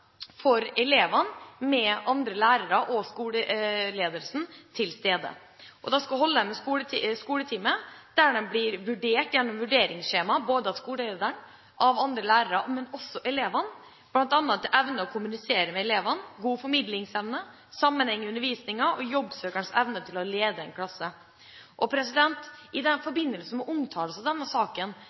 skoletime, der de ved vurderingsskjema blir vurdert av skolelederen, andre lærere – og også av elevene på bl.a. evnen til å kommunisere med elevene, god formidlingsevne, sammenheng i undervisningen og evne til å lede en klasse. I forbindelse med omtale av denne saken